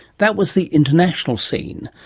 that was the international scene.